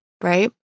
Right